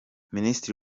minisitiri